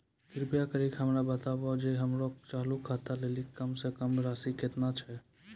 कृपा करि के हमरा बताबो जे हमरो चालू खाता लेली कम से कम राशि केतना छै?